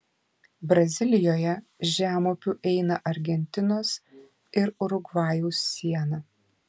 brazilijoje žemupiu eina argentinos ir urugvajaus siena